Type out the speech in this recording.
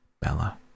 Bella